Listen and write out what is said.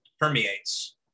permeates